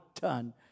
done